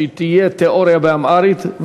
שתהיה בחינה בתיאוריה באמהרית.